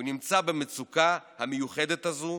הוא נמצא במצוקה המיוחדת הזו,